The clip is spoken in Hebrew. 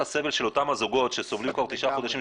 הסבל של אותם הזוגות שסובלים כבר תשעה חודשים,